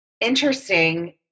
interesting